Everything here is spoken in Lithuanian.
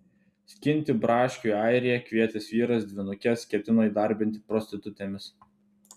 skinti braškių į airiją kvietęs vyras dvynukes ketino įdarbinti prostitutėmis